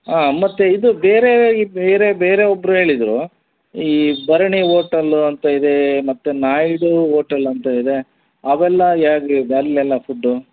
ಹಾಂ ಮತ್ತೆ ಇದು ಬೇರೆ ಈ ಬೇರೆ ಬೇರೆ ಒಬ್ರು ಹೇಳಿದರು ಈ ಭರಣಿ ಓಟಲ್ಲು ಅಂತ ಇದೆ ಮತ್ತೆ ನಾಯ್ಡು ಓಟಲ್ ಅಂತ ಇದೆ ಅವೆಲ್ಲ ಹೇಗೆ ಅಲ್ಲಿ ಎಲ್ಲ ಫುಡ್ಡು